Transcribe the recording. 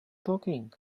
talking